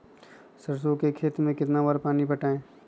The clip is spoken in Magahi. सरसों के खेत मे कितना बार पानी पटाये?